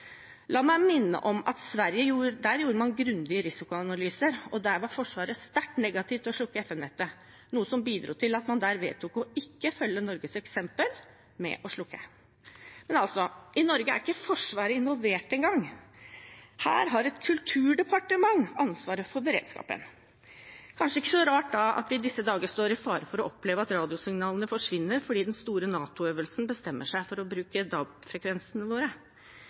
La meg minne om at man i Sverige gjorde grundige risikoanalyser, og der var forsvaret sterkt negative til å slukke FM-nettet, noe som bidro til at man der vedtok ikke å følge Norges eksempel med å slukke. Men i Norge er ikke Forsvaret involvert engang. Her har et kulturdepartement ansvaret for beredskapen. Da er det kanskje ikke så rart at vi i disse dager står i fare for å oppleve at radiosignalene forsvinner fordi den store NATO-øvelsen bestemmer seg for å bruke DAB-frekvensene våre.